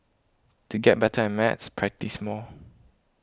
to get better at maths practise more